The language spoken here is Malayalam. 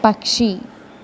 പക്ഷി